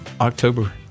October